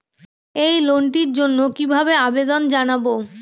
এই লোনটির জন্য কিভাবে আবেদন জানাবো?